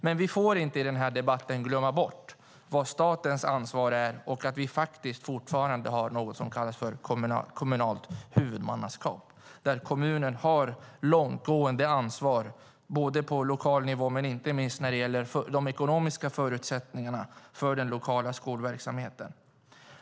Men i den här debatten får vi inte glömma bort vad statens ansvar är och att vi faktiskt fortfarande har något som kallas kommunalt huvudmannaskap, där kommunen har ett långtgående ansvar på lokal nivå men inte minst när det gäller de ekonomiska förutsättningarna för den lokala skolverksamheten.